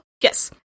Yes